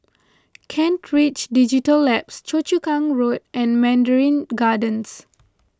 Kent Ridge Digital Labs Choa Chu Kang Road and Mandarin Gardens